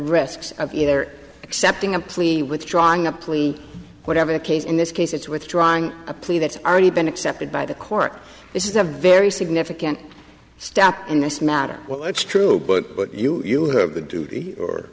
risks of either accepting a plea withdrawing a plea whatever the case in this case it's withdrawing a plea that's been accepted by the court this is a very significant step in this matter while it's true but you you have the duty or